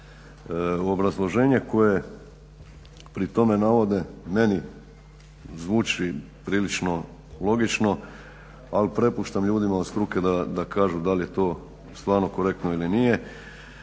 Obrazloženje koje pri tome navode meni zvuči prilično logično, ali prepuštam ljudima od struke da kažu da li je to stvarno korektno ili nije.